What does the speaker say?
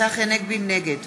נגד